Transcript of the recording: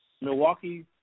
Milwaukee